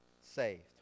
saved